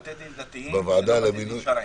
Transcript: בתי דין דתיים זה לא בתי דין שרעיים.